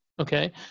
okay